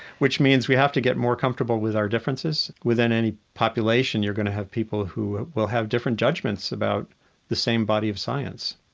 which means we have to get more comfortable with our differences within any population, you're going to have people who will have different judgments about the same body of science.